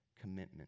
commitment